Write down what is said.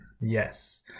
Yes